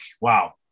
Wow